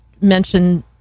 mention